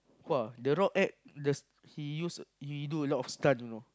!wah! the rock act the he use he do a lot of stunt you know